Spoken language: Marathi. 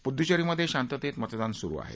पुदुच्चेरीमधे शांततेत मतदान सुरु आहे